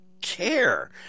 care